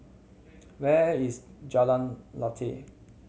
where is Jalan Lateh